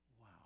Wow